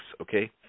okay